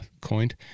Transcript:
coined